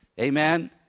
Amen